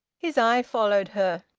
his eye followed her.